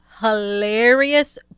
hilarious